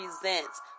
presents